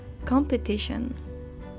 competition